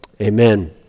amen